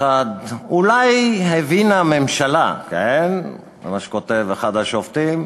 אחת, אולי הבינה הממשלה מה שכותב אחד השופטים,